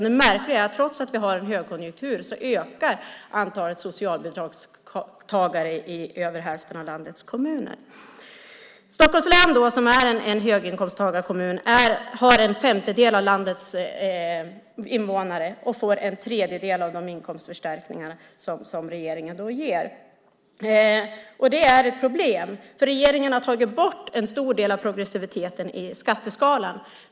Det märkliga är att trots att vi har en högkonjunktur ökar antalet socialbidragstagare i över hälften av landets kommuner. Stockholms län, som är en höginkomsttagarkommun, har en femtedel av landets invånare och får en tredjedel av de inkomstförstärkningar som regeringen ger. Det är ett problem, för regeringen har tagit bort en stor del av progressiviteten i skatteskalan.